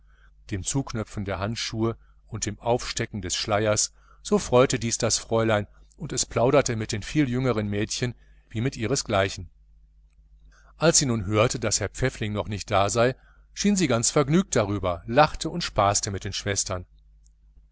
dem zuknöpfen der handschuhe und dem aufstecken des schleiers so freute dies das fräulein und es plauderte mit den viel jüngern mädchen wie mit ihresgleichen als sie nun heute hörte daß herr pfäffling noch nicht da sei schien sie ganz vergnügt darüber lachte und spaßte mit den schwestern